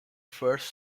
first